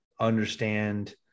understand